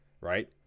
Right